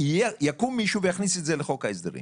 יקום מישהו ויכניס את זה לחוק ההסדרים.